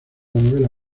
novela